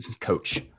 Coach